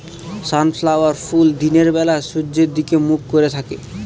sunflower ফুল দিনের বেলা সূর্যের দিকে মুখ করে থাকে